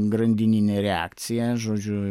grandininė reakcija žodžiu